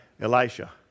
Elisha